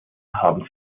haben